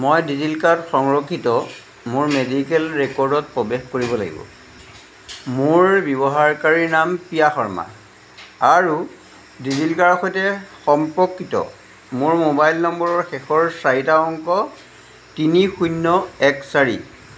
মই ডিজিলকাৰত সংৰক্ষিত মোৰ মেডিকেল ৰেকৰ্ডত প্ৰৱেশ কৰিব লাগিব মোৰ ব্যৱহাৰকাৰী নাম প্ৰিয়া শৰ্মা আৰু ডিজিলকাৰৰ সৈতে সম্পৰ্কিত মোৰ মোবাইল নম্বৰৰ শেষৰ চাৰিটা অংক তিনি শূন্য এক চাৰি